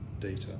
data